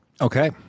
Okay